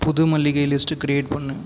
புது மளிகை list create பண்ணு